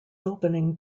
opening